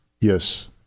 Yes